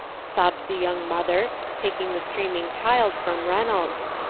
sobbed the young mother, taking the streaming child from reynolds.